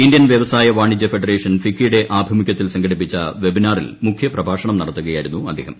Indian വ്യവ്സിാ്യ് ്വാണിജ്യ federation ഫിക്കിയുടെ ആഭിമുഖ്യത്തിൽ സ്ംഘടിപ്പിച്ച വെബിനാറിൽ മുഖ്യപ്രഭാഷണം നടത്തുകൃത്യായിര്കുന്നു അദ്ദേഹം